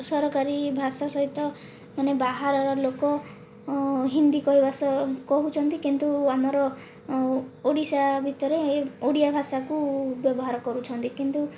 ସରକାରୀ ଭାଷା ସହିତ ମାନେ ବାହାରର ଲୋକ ହିନ୍ଦୀ କହିବା ସହ କହୁଛନ୍ତି କିନ୍ତୁ ଆମର ଓଡ଼ିଶା ଭିତରେ ହେ ଓଡ଼ିଆ ଭାଷାକୁ ବ୍ୟବହାର କରୁଛନ୍ତି କିନ୍ତୁ